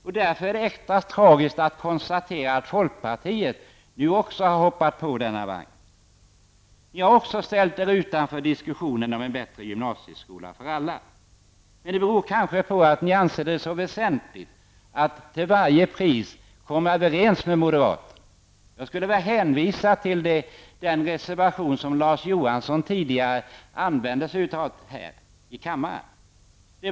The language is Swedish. Det är extra tragiskt att kunna konstatera att folkpartiet nu också har hoppat på denna vagn. Också ni har ställt er utanför diskussionen om en bättre gymnasieskola för alla. Det beror kanske på att ni anser det så väsentligt att till varje pris komma överens med moderaterna. Jag vill i detta sammanhang hänvisa till den reservation som Larz Johansson tidigare diskuterade här i kammaren.